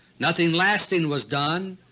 nothing lasting was done,